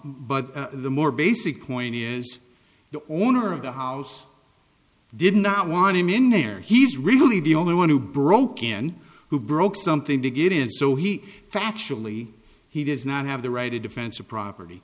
but the more basic point is the owner of the house did not want him in there he's really the only one who broke in who broke something to get in so he factually he does not have the right to defense of property